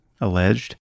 alleged